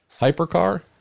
hypercar